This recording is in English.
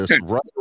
right